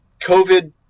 COVID